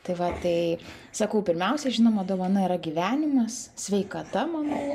tai vat tai sakau pirmiausia žinoma dovana yra gyvenimas sveikata manau